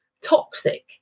toxic